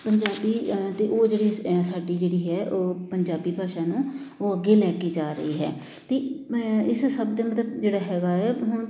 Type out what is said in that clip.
ਪੰਜਾਬੀ ਅਤੇ ਉਹ ਜਿਹੜੀ ਸ ਸਾਡੀ ਜਿਹੜੀ ਹੈ ਉਹ ਪੰਜਾਬੀ ਭਾਸ਼ਾ ਨੂੰ ਉਹ ਅੱਗੇ ਲੈ ਕੇ ਜਾ ਰਹੀ ਹੈ ਅਤੇ ਇਸ ਸਭ ਦੇ ਮਤਲਬ ਜਿਹੜਾ ਹੈਗਾ ਏ ਹੁਣ